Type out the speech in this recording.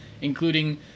including